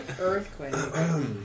Earthquake